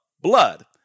blood